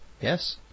yes